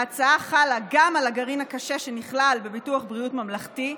ההצעה חלה גם על הגרעין הקשה שנכלל בביטוח בריאות ממלכתי,